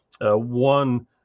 One